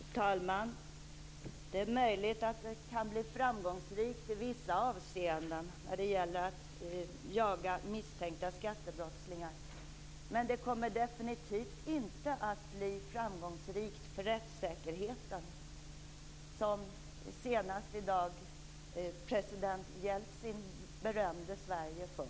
Fru talman! Det är möjligt att det kan bli framgångsrikt i vissa avseenden när det gäller att jaga misstänkta skattebrottslingar. Men det kommer definitivt inte att bli framgångsrikt för rättssäkerheten - som president Jeltsin senast i dag berömde Sverige för.